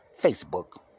Facebook